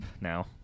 now